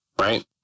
right